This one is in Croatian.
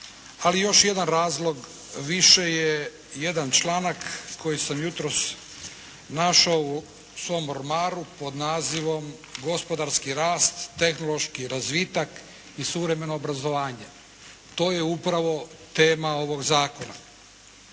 Ali još jedan razlog više je jedan članak koji sam jutros našao u svom ormaru pod nazivom gospodarski rast, tehnološki razvitak i suvremeno obrazovanje. To je upravo tema ovog zakona